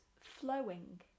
flowing